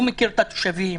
הוא מכיר את התושבים,